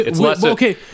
Okay